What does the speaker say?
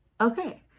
Okay